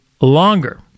longer